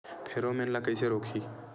Pheromone ला कइसे रोकही?